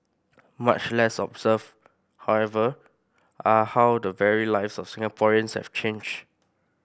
much less observed however are how the very lives of Singaporeans have changed